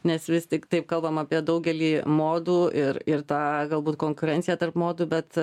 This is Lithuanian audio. nes vis tik taip kalbam apie daugelį modų ir ir tą galbūt konkurenciją tarp modų bet